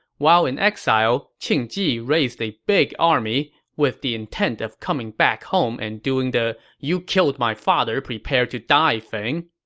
while in exile, qing jin raised a big army with the intent of coming back home and doing the, you killed my father, prepare to die thing.